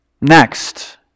Next